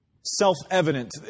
self-evident